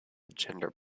gender